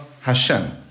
Hashem